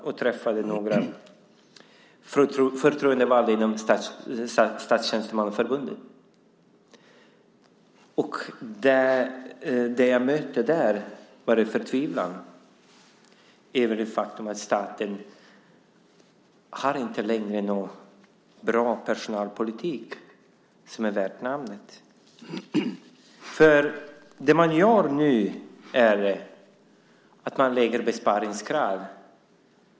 Där träffade jag några förtroendevalda inom Statstjänstemannaförbundet. Vad jag mötte där var en förtvivlan över det faktum att staten inte längre har en bra personalpolitik, en personalpolitik värd namnet. Vad man nu gör är att man lägger fram besparingskrav.